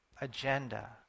agenda